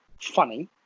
funny